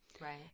Right